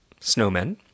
snowmen